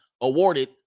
awarded